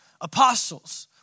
apostles